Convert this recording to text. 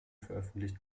veröffentlicht